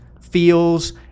feels